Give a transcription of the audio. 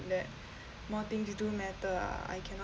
that more things do matter ah I cannot